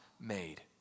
made